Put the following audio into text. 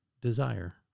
desire